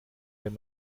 wenn